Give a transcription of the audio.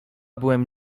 byłem